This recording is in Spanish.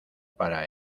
para